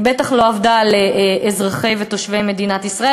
היא בטח לא עבדה על אזרחי ותושבי מדינת ישראל,